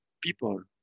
people